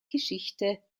geschichte